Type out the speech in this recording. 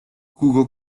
jugó